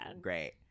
Great